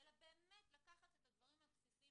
אלא באמת לקחת את הדברים הבסיסיים